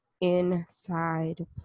inside